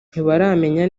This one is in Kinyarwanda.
ntibaramenya